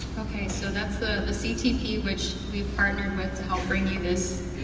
okay so that's ah the ctp which we've partnered with to help bring you this